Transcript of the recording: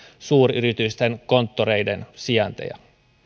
suuryritysten konttoreiden sijainteja